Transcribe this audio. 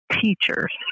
teachers